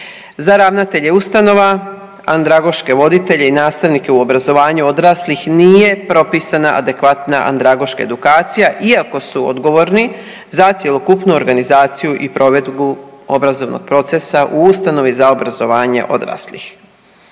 Za ravnatelje ustanova andragoške voditelje i nastavnike u obrazovanju odraslih nije propisana adekvatna andragoška edukacija iako su odgovorni za cjelokupnu organizaciju i provedbu obrazovnog procesa u ustanovi za obrazovanje odraslih.